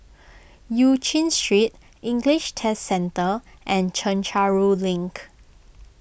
Eu Chin Street English Test Centre and Chencharu Link